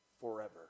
forever